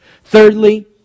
Thirdly